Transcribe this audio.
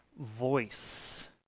voice